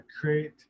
create